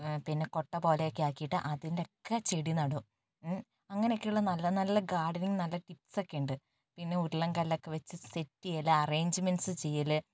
പിന്നെ കൊട്ടപോലെയൊക്കെയാക്കിട്ട് അതിലൊക്കെ ചെടിനടും അങ്ങനെയൊക്കെയുള്ള നല്ല നല്ല ഗാർഡനിങ് നല്ല ടിപ്സൊക്കെയുണ്ട് പിന്നെ ഉരുളം കല്ലൊക്കെവച്ച് സെറ്റ് ചെയ്യല് അറേയ്ജ്മെൻറ്സ് ചെയ്യല്